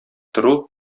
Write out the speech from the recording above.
тору